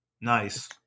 Nice